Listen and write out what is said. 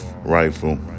rifle